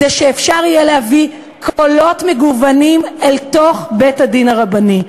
כדי שאפשר יהיה להביא קולות מגוונים אל תוך בית-הדין הרבני.